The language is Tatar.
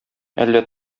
әллә